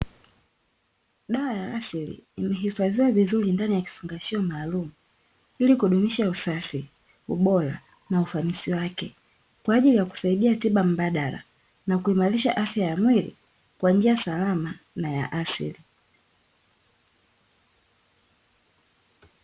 Dawa ya asili imehifadhiwa vizuri ndani ya kifungashio maalumu ili kudumisha usafi, ubora na ufanisi wake kwa ajili ya kusaidia tiba badala, na kuimarisha afya ya mwili kwa njia salama na ya asili.